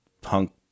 punk